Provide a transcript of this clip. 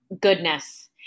goodness